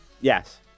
Yes